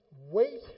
Wait